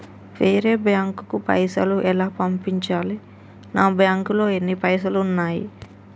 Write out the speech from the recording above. వేరే బ్యాంకుకు పైసలు ఎలా పంపించాలి? నా బ్యాంకులో ఎన్ని పైసలు ఉన్నాయి?